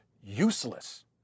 useless